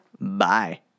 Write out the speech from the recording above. Bye